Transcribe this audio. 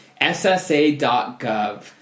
ssa.gov